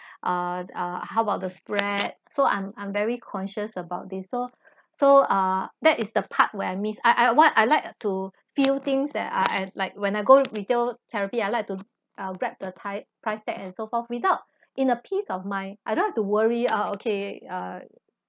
uh uh how about the spread so I'm I'm very conscious about this so so uh that is the part where I miss I I what I like to feel things that are at like when I go retail therapy I like to uh grab the pri~ price tag and so forth without in a peace of mind I don't have to worry ah okay uh